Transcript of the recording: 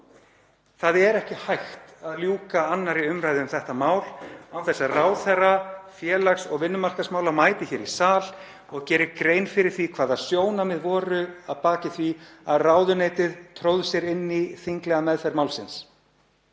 Það er ekki hægt að ljúka 2. umr. um þetta mál án þess að ráðherra félags- og vinnumarkaðsmála mæti hér í sal og geri grein fyrir þeim sjónarmiðum sem voru að baki því að ráðuneytið tróð sér inn í þinglega meðferð málsins.